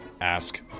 Ask